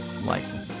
license